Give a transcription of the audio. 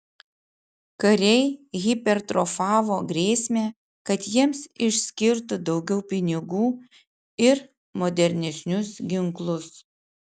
kariai hipertrofavo grėsmę kad jiems išskirtų daugiau pinigų ir modernesnius ginklus